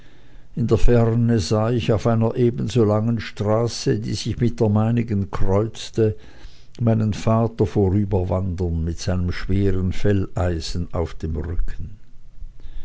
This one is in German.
in der ferne sah ich auf einer ebenso langen straße die sich mit der meinigen kreuzte meinen vater vorüberwandern mit seinem schweren felleisen auf dem rücken